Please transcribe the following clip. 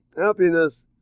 happiness